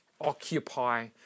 occupy